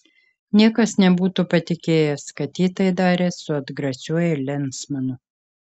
niekas nebūtų patikėjęs kad ji tai darė su atgrasiuoju lensmanu